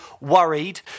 worried